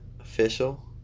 Official